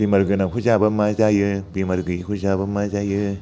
बेमार गोनांखौ जाबा मा जायो बेमार गोयैखौ जाबा मा जायो